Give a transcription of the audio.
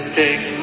take